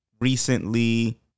recently